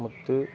முத்து